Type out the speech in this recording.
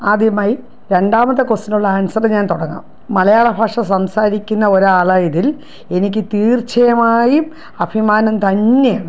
ആദ്യമായി രണ്ടാമത്തെ ക്വസ്റ്റ്യനുള്ള ആൻസർ ഞാൻ തുടങ്ങാം മലയാള ഭാഷ സംസാരിക്കുന്ന ഒരാളായതിൽ എനിക്ക് തീർച്ചയാമായും അഭിമാനം തന്നെയാണ്